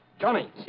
Johnny